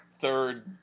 third